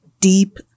deep